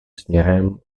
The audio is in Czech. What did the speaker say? směrem